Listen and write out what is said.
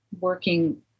working